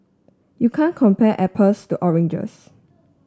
you can't compare apples to oranges